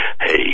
hey